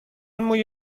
موی